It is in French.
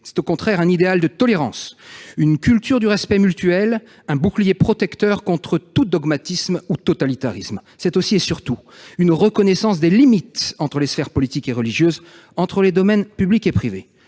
C'est au contraire un idéal de tolérance, une culture du respect mutuel, un bouclier protecteur contre tout dogmatisme ou totalitarisme. C'est aussi et surtout une reconnaissance des limites entre les sphères politiques et religieuses, entre les domaines publics et privés.